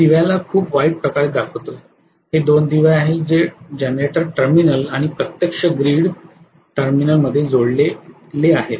मी दिव्याला खूप वाईट प्रकारे दाखवतोय हे 2 दिवे आहेत जे जनरेटर टर्मिनल आणि प्रत्यक्ष ग्रीड टर्मिनल मध्ये जोडलेले आहेत